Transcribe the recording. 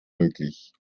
möglich